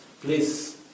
Please